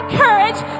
courage